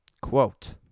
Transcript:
Quote